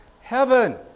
heaven